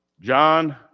John